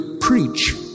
preach